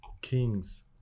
kings